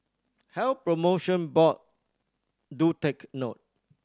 Health Promotion Board do take note